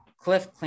Cliff